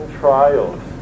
trials